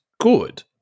good